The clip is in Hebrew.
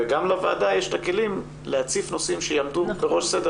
וגם לוועדה יש את הכלים להציף נושאים שיעמדו בראש סדר